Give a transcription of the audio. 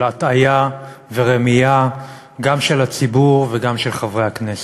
הטעיה ורמייה גם של הציבור וגם של חברי הכנסת.